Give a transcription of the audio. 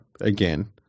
again